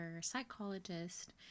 psychologist